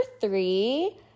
three